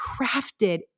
crafted